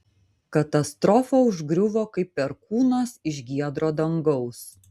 katastrofa užgriuvo kaip perkūnas iš giedro dangaus